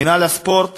מינהל הספורט